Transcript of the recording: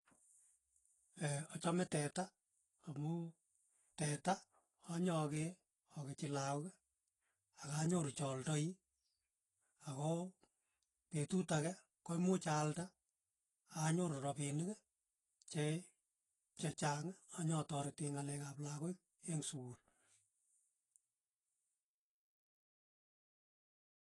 Ee achame teta amu teta anyakee akechi lakok akanyoru cha aldai ako petut ake koimuch aalda anyoru rapinik che chang anyatarete ng'alek ap lakoi eng' sukul.